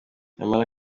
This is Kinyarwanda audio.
nyamara